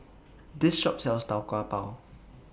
This Shop sells Tau Kwa Pau